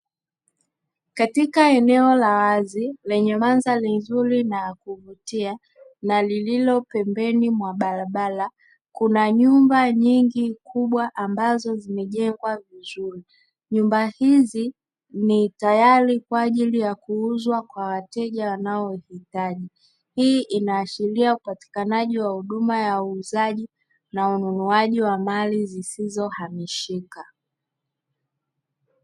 Katika eneo la wazi, lenye mandhari nzuri na ya kuvutia na lililo pembeni mwa barabara, kuna nyumba nyingi kubwa ambazo zimejengwa vizuri. Nyumba hizi ni tayari kwa ajili ya kuuzwa kwa wateja wanaoihitaji. Hii inaashiria upatikanaji wa huduma ya uuzaji na ununuaji wa mali ziisizohamishika.